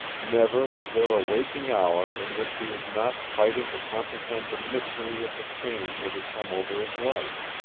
never was there a waking hour in which he was not fighting to comprehend the mystery of the change that had come over his life.